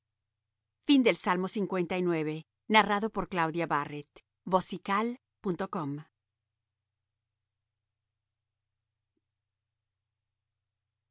al músico principal salmo de